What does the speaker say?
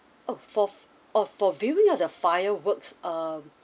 oh for orh for viewing of the fireworks err